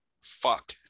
Fuck